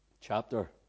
chapter